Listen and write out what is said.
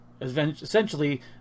essentially